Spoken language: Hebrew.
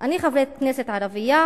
אני, חברת כנסת ערבייה,